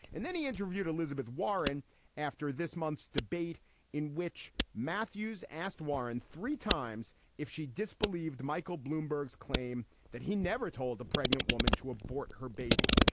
and then he interviewed elizabeth warren after this month's debate in which matthews asked warren three times if she disbelieved michael bloomberg's claim that he never told the pregnant woman to abort her baby.